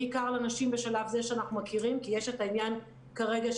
בעיקר לנשים בשלב זה שאנחנו מכירים כי יש כרגע את עניין החיסיון